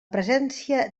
presència